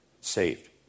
saved